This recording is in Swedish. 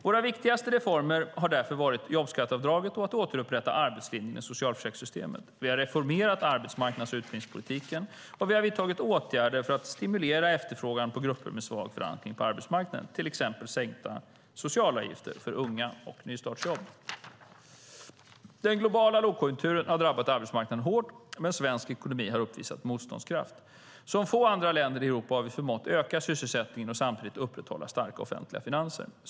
Våra viktigaste reformer har därför varit jobbskatteavdraget och att återupprätta arbetslinjen i socialförsäkringssystemen. Vi har reformerat arbetsmarknads och utbildningspolitiken. Vi har också vidtagit åtgärder för att stimulera efterfrågan för grupper med svag förankring på arbetsmarknaden, till exempel sänkta socialavgifter för unga och nystartsjobb. Den globala lågkonjunkturen har drabbat arbetsmarknaden hårt, men svensk ekonomi har uppvisat motståndskraft. Som få andra länder i Europa har vi förmått öka sysselsättningen och samtidigt upprätthålla starka offentliga finanser.